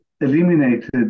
eliminated